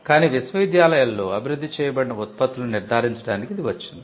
కానీ విశ్వవిద్యాలయాలలో అభివృద్ధి చేయబడిన ఉత్పత్తులను నిర్ధారించడానికి ఇది వచ్చింది